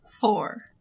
four